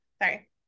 sorry